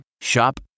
Shop